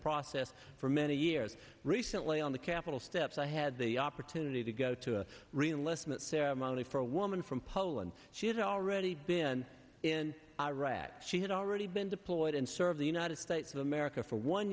process for many years recently on the capitol steps i had the opportunity to go to reenlist smith ceremony for a woman from poland she had already been in iraq she had already been deployed and serve the united states of america for one